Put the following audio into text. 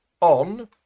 on